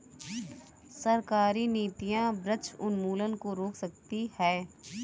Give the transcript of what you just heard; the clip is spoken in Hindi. सरकारी नीतियां वृक्ष उन्मूलन को रोक सकती है